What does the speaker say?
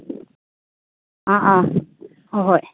ꯑꯥ ꯑꯥ ꯍꯣꯏ ꯍꯣꯏ